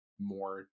more